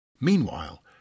Meanwhile